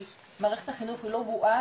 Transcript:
כי מערכת החינוך היא לא בועה,